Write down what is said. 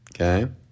okay